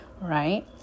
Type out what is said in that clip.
right